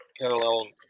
parallel